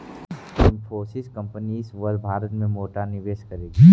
Infosys company इस वर्ष भारत में मोटा निवेश करेगी